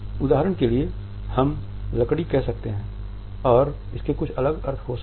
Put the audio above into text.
उदाहरण के लिए हम लकड़ी कह सकते हैं और इसके कुछ अलग अर्थ हो सकते हैं